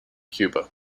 cuba